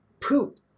poop